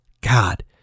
God